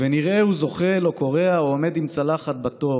// ונראהו זוחל, או כורע, / או עומד עם צלחת בתור,